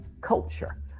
culture